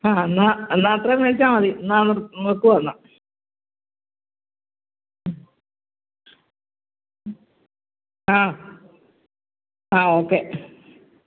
ആ എന്നാൽ എന്നാൽ അത്രയും മേടിച്ചാൽ മതി എന്നാ വെക്കുവാണ് എന്നാൽ ആ ആ ഓക്കെ